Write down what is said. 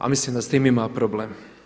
A mislim da s tim ima problem.